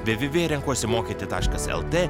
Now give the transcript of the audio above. vė vė vė renkuosimokyti taškas lt